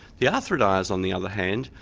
the arthrodires, on the other hand,